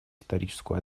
историческую